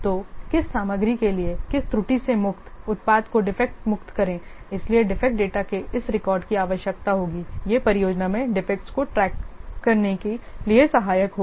तो किस सामग्री के लिए किस त्रुटि से मुक्त उत्पाद को डिफेक्ट मुक्त करें इसलिए डिफेक्ट डेटा के इस रिकॉर्ड की आवश्यकता होगी यह परियोजना में डिफेक्टस को ट्रैक करने के लिए सहायक होगा